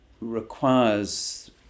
requires